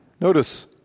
Notice